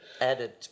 Added